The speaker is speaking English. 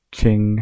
king